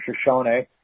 Shoshone